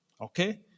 Okay